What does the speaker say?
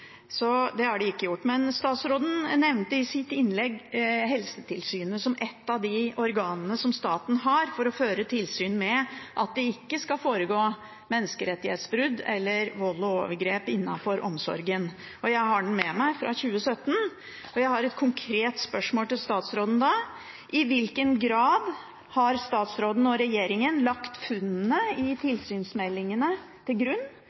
det har de ikke gjort. Statsråden nevnte i sitt innlegg Helsetilsynet som et av de organene staten har for å føre tilsyn med at det ikke foregår menneskerettighetsbrudd eller vold og overgrep innenfor omsorgen. Jeg har meldingen fra 2017 med meg, og jeg har et konkret spørsmål til statsråden: I hvilken grad har statsråden og regjeringen lagt funnene i tilsynsmeldingene til grunn